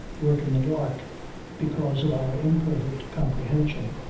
work in the dark because of our imperfect comprehension.